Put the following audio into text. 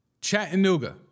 Chattanooga